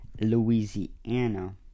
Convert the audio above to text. Louisiana